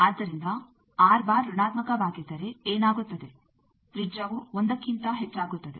ಆದ್ದರಿಂದ ಋಣಾತ್ಮಕವಾಗಿದ್ದರೆ ಏನಾಗುತ್ತದೆ ತ್ರಿಜ್ಯವು 1ಕ್ಕಿಂತ ಹೆಚ್ಚಾಗುತ್ತದೆ